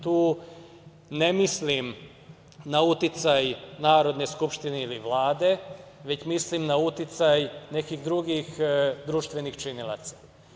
Tu ne mislim na uticaj Narodne skupštine ili Vlade, već mislim na uticaj nekih drugih društvenih činilaca.